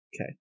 Okay